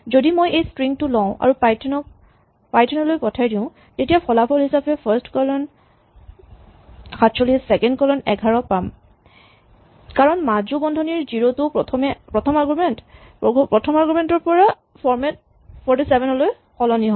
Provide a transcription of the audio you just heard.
যদি মই এই স্ট্ৰিং টো লওঁ আৰু পাইথন লৈ পঠাই দিওঁ তেতিয়া ফলাফল হিচাপে ফাৰ্ষ্ট কলন ৪৭ চেকেণ্ড কলন ১১ পাম কাৰণ মাজু বন্ধনীৰ জিৰ' টো প্ৰথম আৰগুমেণ্ট ৰ পৰা ফৰমেট ৪৭ লৈ সলনি হয়